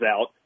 out